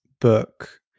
book